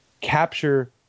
capture